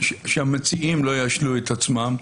שהמציעים לא ישלו את עצמם.